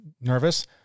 nervous